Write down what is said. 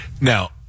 Now